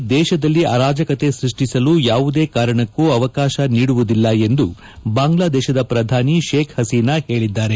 ಧರ್ಮದ ಹೆಸರಿನಲ್ಲಿ ದೇಶದಲ್ಲಿ ಅರಾಜಕತೆ ಸೃಷ್ಟಿಸಲು ಯಾವುದೇ ಕಾರಣಕ್ಕೂ ಅವಕಾಶ ನೀಡುವುದಿಲ್ಲ ಎಂದು ಬಾಂಗ್ಲಾ ದೇಶದ ಪ್ರಧಾನಿ ಶೇಕ್ ಹಸೀನಾ ಹೇಳಿದ್ದಾರೆ